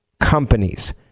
companies